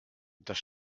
das